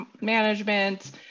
management